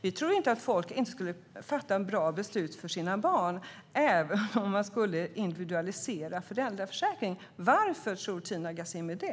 Vi tror inte att folk skulle sluta fatta bra beslut för sina barn om man skulle individualisera föräldraförsäkringen. Varför tror Tina Ghasemi det?